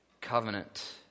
covenant